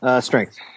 strength